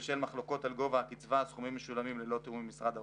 בשל מחלוקות על גובה הקצבה הסכומים משולמים ללא תיאום עם משרד האוצר,